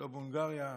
לא בהונגריה,